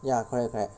ya correct correct